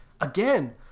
again